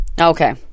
Okay